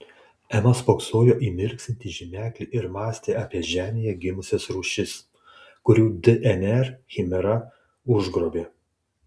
ema spoksojo į mirksintį žymeklį ir mąstė apie žemėje gimusias rūšis kurių dnr chimera užgrobė